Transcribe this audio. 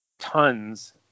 tons